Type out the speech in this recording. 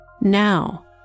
Now